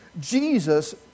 Jesus